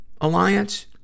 Alliance